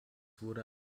wurde